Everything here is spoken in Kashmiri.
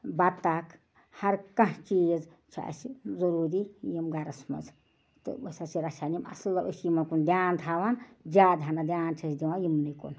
بطخ ہر کانٛہہ چیٖز چھُ اَسہِ ضُروٗری یِم گَرَس منٛز تہٕ أسۍ حظ چھِ رچھان یِم اصٕل أسۍ چھِ یِمَن کُن دھیان تھاوان زیادٕ ہنا دھیان چھِ أسۍ دِوان یِمنٕے کُن